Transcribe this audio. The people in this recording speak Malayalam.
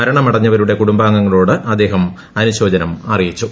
മരണമടഞ്ഞവരുടെ കുടുംബാംഗങ്ങളോട് അദ്ദേഹം അനുശോചനം അറിയിച്ചു